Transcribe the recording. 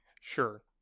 sure